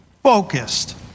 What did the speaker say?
Focused